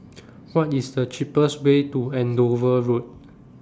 What IS The cheapest Way to Andover Road